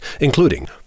including